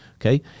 Okay